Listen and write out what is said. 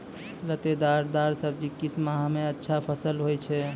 लतेदार दार सब्जी किस माह मे अच्छा फलन होय छै?